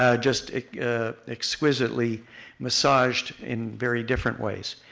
ah just exquisitely massaged in very different ways.